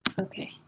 okay